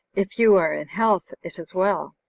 if you are in health, it is well.